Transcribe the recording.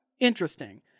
Interesting